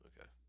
Okay